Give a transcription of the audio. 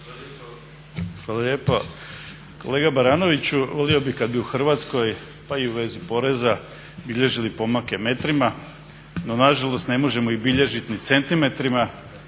Hvala lijepa. Kolega Baranoviću, voli bi kad bi u Hrvatskoj pa i u vezi poreza bilježili pomake metrima. No, nažalost ne možemo ih bilježit ni centimetrima.